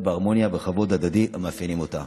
בהרמוניה ובכבוד ההדדי המאפיינים אותה.